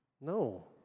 No